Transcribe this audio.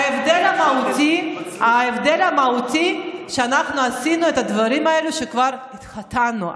ההבדל המהותי הוא שאנחנו עשינו את הדברים האלו כשכבר התחתנו,